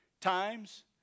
times